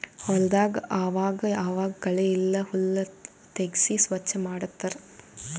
ಹೊಲದಾಗ್ ಆವಾಗ್ ಆವಾಗ್ ಕಳೆ ಇಲ್ಲ ಹುಲ್ಲ್ ತೆಗ್ಸಿ ಸ್ವಚ್ ಮಾಡತ್ತರ್